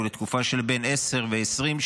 ולתקופה של בין עשר ל-20 שנה,